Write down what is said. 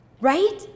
Right